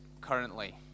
currently